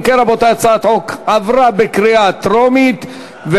אין ההצעה להעביר את הצעת חוק למניעת הטרדה מינית (תיקון,